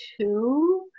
Two